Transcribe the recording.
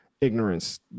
ignorance